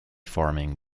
farming